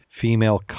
female